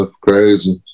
crazy